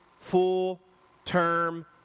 full-term